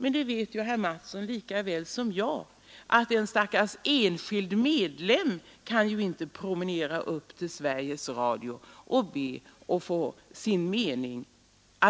Men herr Mattsson vet lika väl som jag, att en stackars enskild medlem inte kan promenera upp till Sveriges Radio och be att få